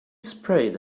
sprayed